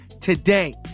today